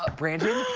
ah brandon,